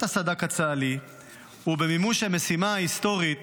הסד"כ הצה"לי ובמימוש המשימה ההיסטורית